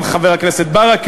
גם את חבר הכנסת ברכה,